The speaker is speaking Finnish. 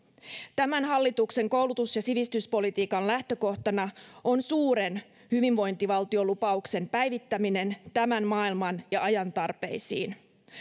tämän hallituksen koulutus ja sivistyspolitiikan lähtökohtana on suuren hyvinvointivaltiolupauksen päivittäminen tämän maailman ja ajan tarpeisiin